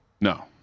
No